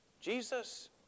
Jesus